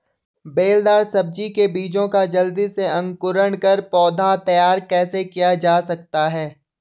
बेलदार सब्जी के बीजों का जल्दी से अंकुरण कर पौधा तैयार कैसे किया जा सकता है?